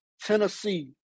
Tennessee